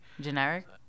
generic